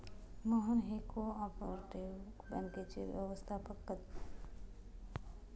मोहन हे cooperative बँकेचे व्यवस्थापकपद सांभाळत आहेत